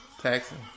Taxing